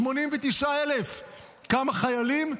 89,000. כמה חיילים?